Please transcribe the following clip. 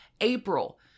April